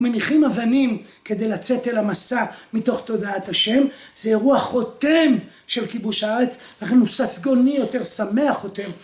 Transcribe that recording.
‫מניחים אבנים כדי לצאת אל המסע ‫מתוך תודעת ה'. ‫זה אירוע חותם של כיבוש הארץ, ‫לכן הוא ססגוני יותר שמח יותר.